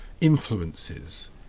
influences